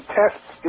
tests